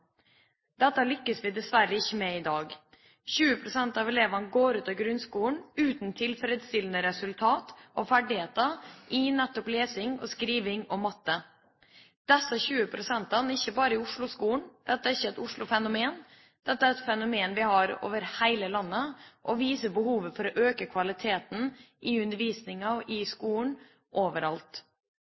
lykkes vi dessverre ikke med i dag. 20 pst. av elevene går ut av grunnskolen uten tilfredsstillende resultat og ferdigheter i nettopp lesing, skriving og matte. Disse 20 pst. er ikke bare i Oslo-skolen, dette er ikke et Oslo-fenomen. Dette er et fenomen vi har over hele landet, og viser behovet for å øke kvaliteten i undervisninga og i skolen overalt.